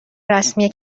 رسمی